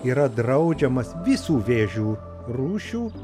yra draudžiamas visų vėžių rūšių